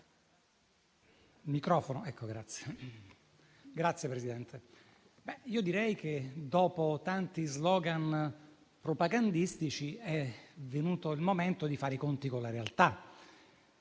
direi che dopo tanti *slogan* propagandistici è venuto il momento di fare i conti con la realtà